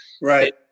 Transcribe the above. Right